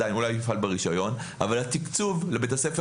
עדיין אולי יפעל ברישיון אבל התקצוב לבית הספר